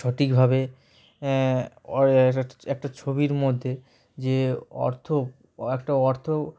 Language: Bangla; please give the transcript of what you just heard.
সঠিকভাবে ওর একটা ছবির মধ্যে যে অর্থ একটা অর্থ